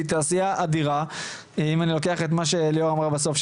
שהיא תעשייה אדיה ואם אני לוקח את מה שליאור אמרה בסוף,